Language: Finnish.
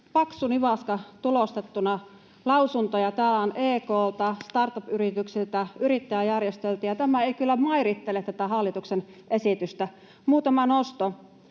paksu nivaska tulostettuna lausuntoja. Täällä on EK:lta, startup-yrityksiltä, yrittäjäjärjestöiltä, ja tämä ei kyllä mairittele tätä hallituksen esitystä. Muutama nosto: